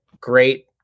great